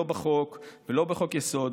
לא בחוק ולא בחוק-יסוד.